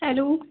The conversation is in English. hello